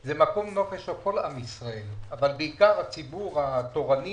זה מקום נופש לכל עם ישראל אבל בעיקר לציבור התורני,